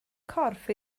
corff